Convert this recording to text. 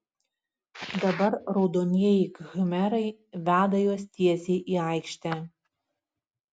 dabar raudonieji khmerai veda juos tiesiai į aikštę